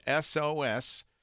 SOS